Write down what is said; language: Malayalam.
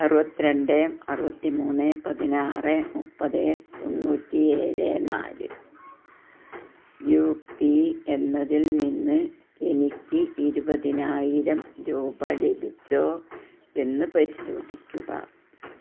അറുപത്തിരണ്ട് അറുപത്തി മൂന്ന് പതിനാറ് മുപ്പത് തൊണ്ണൂറ്റിയേഴ് നാല് യു പി എന്നതിൽ നിന്ന് എനിക്ക് ഇരുപതിനായിരം രൂപ ലഭിച്ചോ എന്ന് പരിശോധിക്കുക